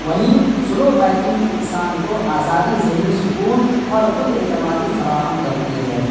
وہیں slow biking انسان کو آزادی ذہنی سکون اور خود اعتمادی فراہم کرتی ہے